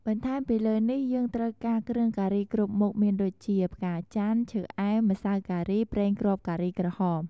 បន្ថែមពីលើនេះយើងត្រូវការ គ្រឿងការីគ្រប់មុខមានដូចជា ផ្កាចាន់ ឈើអែម ម្សៅការី ប្រេងគ្រាប់ការីក្រហម។